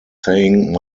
saying